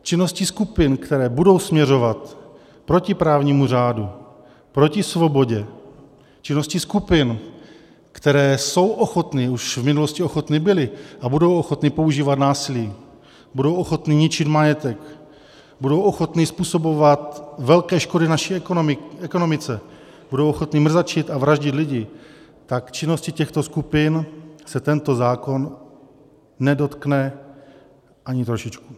Činnosti skupin, které budou směřovat proti právnímu řádu, proti svobodě, činnosti skupin, které jsou ochoty a už v minulosti ochotny byly a budou ochotny používat násilí, budou ochotny ničit majetek, budou ochotny způsobovat velké škody naší ekonomice, budou ochotny mrzačit a vraždit lidi, tak činnosti těchto skupin se tento zákon nedotkne ani trošičku.